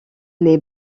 les